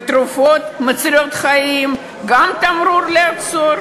ותרופות מצילות חיים, גם תמרור "עצור"?